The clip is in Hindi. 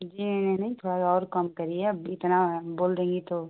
जी ये में नहीं थोड़ा और कम करिए अब इतना बोल रही हैं तो